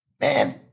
man-